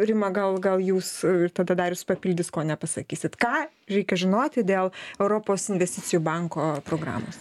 rimą gal gal jūs tada darius papildys kol nepasakysit ką reikia žinoti dėl europos investicijų banko programos